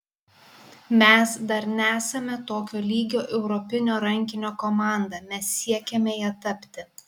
mes dar nesame tokio lygio europinio rankinio komanda mes siekiame ja tapti